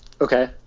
Okay